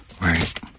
Right